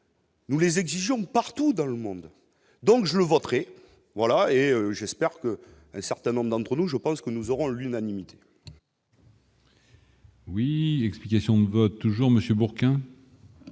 Nous les partout dans le monde, donc je le voterai voilà et j'espère que un certain nombre d'entre nous, je pense que nous aurons l'unanimité. Oui, explications de vote toujours monsieur Bourquin.